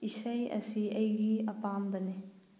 ꯏꯁꯩ ꯑꯁꯤ ꯑꯩꯒꯤ ꯑꯄꯥꯝꯕꯅꯤ